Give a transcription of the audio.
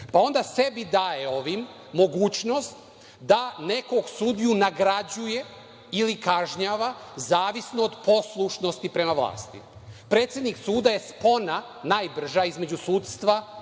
pa onda sebi daje ovim mogućnost da nekog sudiju nagrađuje ili kažnjava, zavisno od poslušnosti prema vlasti. Predsednik suda je spona najbrža između sudstva